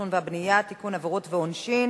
חוק ומשפט נתקבלה.